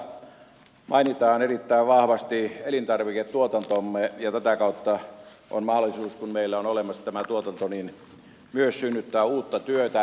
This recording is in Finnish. samoin täällä mainitaan erittäin vahvasti myös elintarviketuotantomme ja tätä kautta on mahdollisuus kun meillä on olemassa tämä tuotanto myös synnyttää uutta työtä